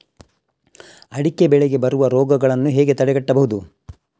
ಅಡಿಕೆ ಬೆಳೆಗೆ ಬರುವ ರೋಗಗಳನ್ನು ಹೇಗೆ ತಡೆಗಟ್ಟಬಹುದು?